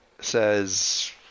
says